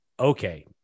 okay